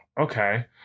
okay